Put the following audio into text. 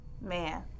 Man